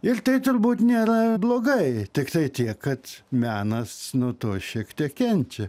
ir tai turbūt nėra blogai tiktai tiek kad menas nuo to šiek tiek kenčia